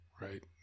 right